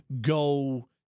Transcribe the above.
go